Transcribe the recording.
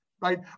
Right